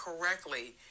correctly